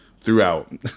throughout